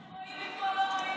מה שרואים מכאן לא רואים משם.